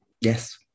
Yes